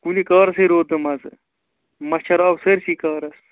کُنہِ کارٕسٕے روٗد نہٕ مَزٕ مَچھر آو سٲرِسٕے کارَس